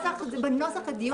בנוסח לדיון זה כבר היה.